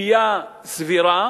ציפייה סבירה